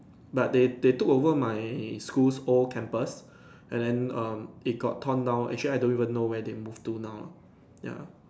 but they they took over my school's old campus and then um it got torn down actually I don't even know where they move to now lah ya